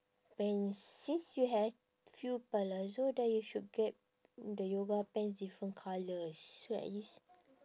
pants since you have few palazzo then you should get the yoga pants different colours so at least